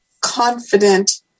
confident